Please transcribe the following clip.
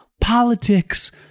Politics